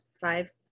five